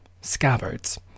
scabbards